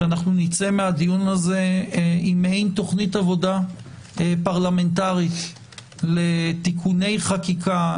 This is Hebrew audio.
שאנחנו נצא מהדיון הזה עם מעין תכנית עבודה פרלמנטרית לתיקוני חקיקה,